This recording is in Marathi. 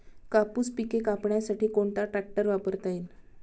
कापूस पिके कापण्यासाठी कोणता ट्रॅक्टर वापरता येईल?